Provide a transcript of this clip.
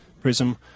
prism